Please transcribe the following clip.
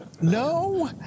No